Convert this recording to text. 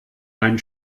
ein